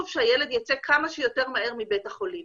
שהילד יצא כמה שיותר מהר מבית החולים